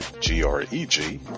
G-R-E-G